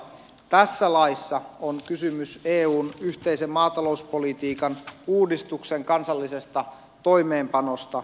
tässä laissa on kysymys eun yhteisen maa talouspolitiikan uudistuksen kansallisesta toimeenpanosta